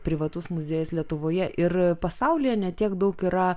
privatus muziejus lietuvoje ir pasaulyje ne tiek daug yra